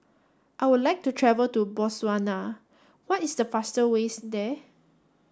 I would like to travel to Botswana what is the fastest ways there